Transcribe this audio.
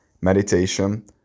Meditation